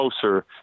closer